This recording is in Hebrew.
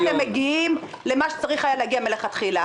אתם מגיעים למה שהיה צריך להגיע מלכתחילה.